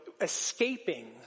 escaping